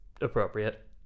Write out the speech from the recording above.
appropriate